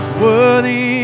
worthy